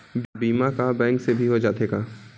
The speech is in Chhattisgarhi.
बीमा का बैंक से भी हो जाथे का?